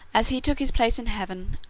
as he took his place in heaven,